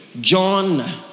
John